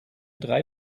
drei